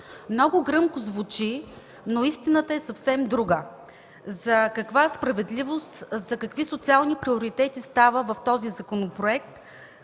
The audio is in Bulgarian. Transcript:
Много гръмко звучи, но истината е съвсем друга. За каква справедливост, за какви социални приоритети става дума в този законопроект,